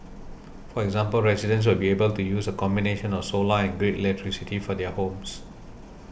for example residents will be able to use a combination of solar and grid electricity for their homes